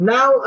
Now